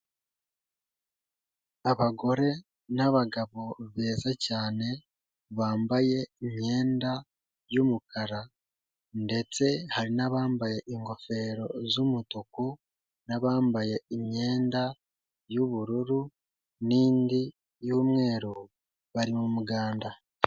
Abagore n'abagabo beza cyane, bambaye imyenda y'umukara ndetse hari n'abambaye ingofero z'umutuku n'abambaye imyenda y'ubururu n'indi y'umweru, bari mu muganda.